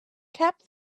cap